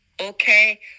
Okay